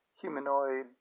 Humanoid